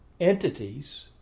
Entities